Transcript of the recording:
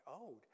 old